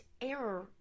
error